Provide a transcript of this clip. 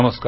नमस्कार